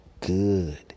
good